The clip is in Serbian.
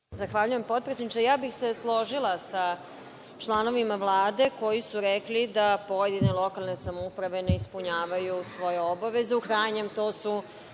Zahvaljujem, potpredsedniče. Složila bih se sa članovima Vlade koji su rekli da pojedine lokalne samouprave ne ispunjavaju svoje obaveze,